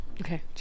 Okay